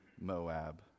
Moab